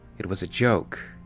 it was a joke.